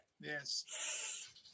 Yes